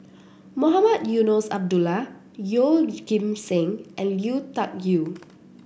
Mohamed Eunos Abdullah Yeoh Ghim Seng and Lui Tuck Yew